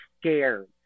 scared